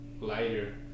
lighter